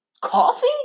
Coffee